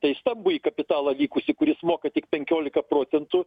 tai į stabųjį kapitalą vykusį kuris moka tik penkiolika procentų